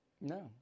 No